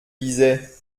disait